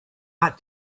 had